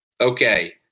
Okay